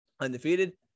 undefeated